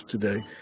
today